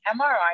MRI